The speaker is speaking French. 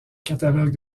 catalogue